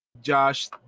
Josh